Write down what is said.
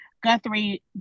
Guthrie